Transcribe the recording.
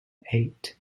eight